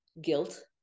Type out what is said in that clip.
guilt